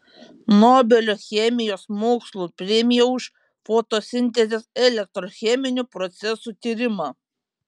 nobelio chemijos mokslų premija už fotosintezės elektrocheminių procesų tyrimą